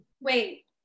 wait